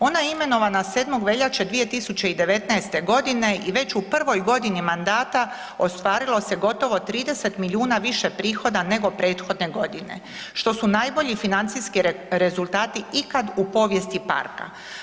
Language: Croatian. Ona je imenovana 7. veljače 2019.g. i već u prvoj godini mandata ostvarilo se gotovo 30 milijuna više prihoda nego prethodne godine što su najbolji financijski rezultati ikad u povijesti parka.